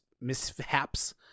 mishaps